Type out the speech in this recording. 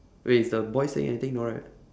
wait is the boy saying anything no right